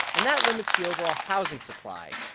and that limits the overall housing supply.